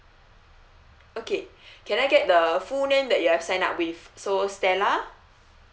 okay can I get the full name that you have sign up with so stella